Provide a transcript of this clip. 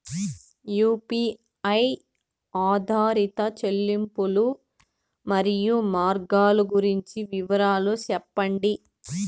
UPI ఆధారిత చెల్లింపులు, మరియు మార్గాలు గురించి వివరాలు సెప్పండి?